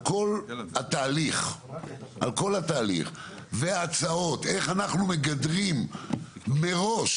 כל התהליך והצעות איך אנחנו מגדרים מראש